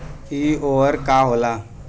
इ उर्वरक का होला?